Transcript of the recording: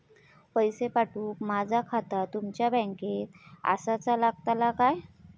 पैसे पाठुक माझा खाता तुमच्या बँकेत आसाचा लागताला काय?